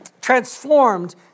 transformed